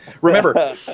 Remember